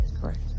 Correct